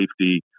safety